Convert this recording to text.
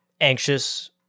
anxious